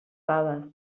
faves